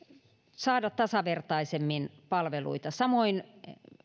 saada tasavertaisemmin palveluita samoin on